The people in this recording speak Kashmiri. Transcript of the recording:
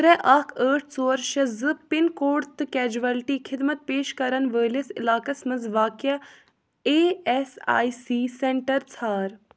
ترٛے اَکھ ٲٹھ ژور شےٚ زٕ پِن کوڈ تہٕ کیجوَلٹی خِدمت پیش کرن وٲلِس علاقس مَنٛز واقع اے اٮ۪س آی سی سٮ۪نٛٹَر ژھار